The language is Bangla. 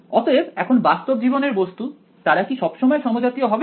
অতএব এখন বাস্তব জীবনের বস্তু তারা কি সবসময় সমজাতীয় হবে